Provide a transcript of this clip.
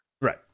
Right